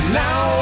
now